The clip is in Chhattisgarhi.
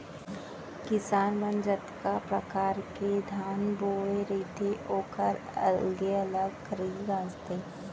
किसान मन जतका परकार के धान बोए रथें ओकर अलगे अलग खरही गॉंजथें